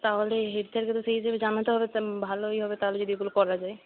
তাহলে হেড স্যারকে তো সেই হিসেবে জানাতে হবে তা ভালোই হবে তাহলে যদি এগুলো করা যায়